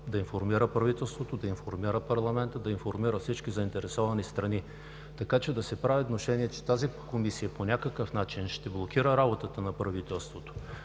да информира правителството, да информира парламента, да информира всички заинтересовани страни. Така, че да се правят внушения, че тази Комисия по някакъв начин ще блокира работата на правителството